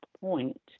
point